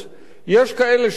יש כאלה שיכולים